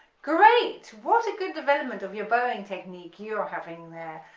great, what a good development of your bowing technique you're having there,